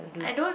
I don't